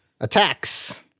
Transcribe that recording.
attacks